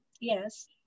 Yes